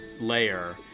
layer